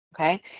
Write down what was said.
Okay